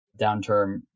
downturn